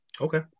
Okay